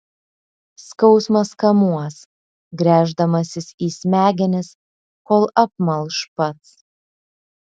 skausmas kamuos gręždamasis į smegenis kol apmalš pats